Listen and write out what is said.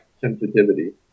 sensitivity